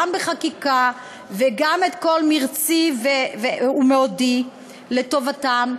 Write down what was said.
גם בחקיקה וגם את כל מרצי ומאודי לטובתם,